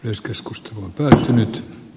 jos keskusta nyt e